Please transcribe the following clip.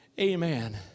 Amen